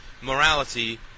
morality